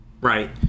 right